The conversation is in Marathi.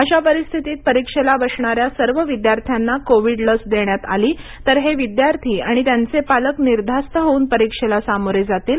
अशा परिस्थितीत परीक्षेला बसणाऱ्या सर्व विदयार्थ्यांना कोविड लस देण्यात आलीतर हे विद्यार्थी आणि त्यांचे पालक निर्धास्त होऊन परीक्षेला सामोरे जातील